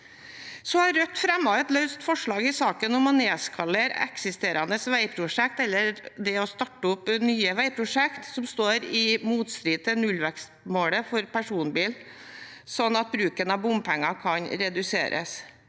Rødt har fremmet et løst forslag i saken, om å nedskalere eksisterende veiprosjekt og ikke sette i gang nye veiprosjekt som står i motstrid til nullvekstmålet for personbil, sånn at bruken av bompenger kan reduseres.